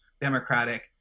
Democratic